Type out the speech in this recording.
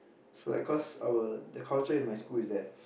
swag cause our the culture in my school is that